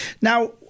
Now